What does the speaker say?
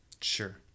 Sure